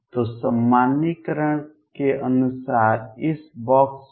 तो सामान्यीकरण के अनुसार इस बॉक्स पर